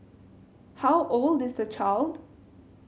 how old is the child